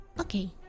okay